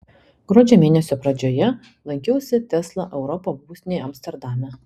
gruodžio mėnesio pradžioje lankiausi tesla europa būstinėje amsterdame